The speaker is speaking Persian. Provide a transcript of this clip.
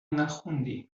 نخوندی